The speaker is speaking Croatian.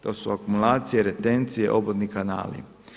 To su akumulacije, retencije, obodni kanali.